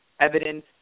evidence